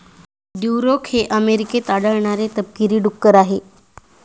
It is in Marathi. ड्युरोक हे अमेरिकेत आढळणारे तपकिरी डुक्कर आहे